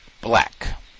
black